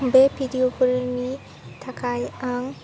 बे भिडिअफोरनि थाखाय आं